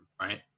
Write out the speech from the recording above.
right